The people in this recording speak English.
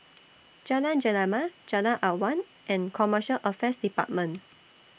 Jalan Gemala Jalan Awan and Commercial Affairs department